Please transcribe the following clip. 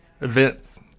events